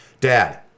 dad